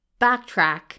Backtrack